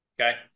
Okay